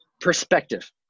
Perspective